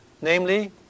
namely